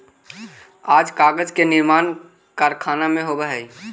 आज कागज के निर्माण कारखाना में होवऽ हई